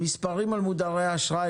המספרים על מודרי אשראי,